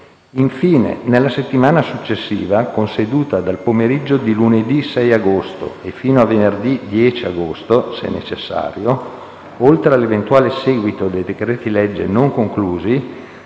Infine, nella settimana successiva, con sedute dal pomeriggio di lunedì 6 agosto e fino a venerdì 10 agosto, se necessario, oltre all'eventuale seguito dei decreti-legge non conclusi,